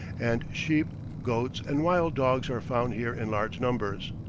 and sheep, goats, and wild dogs are found here in large numbers.